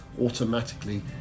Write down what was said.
automatically